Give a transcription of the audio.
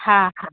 हा हा